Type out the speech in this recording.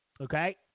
okay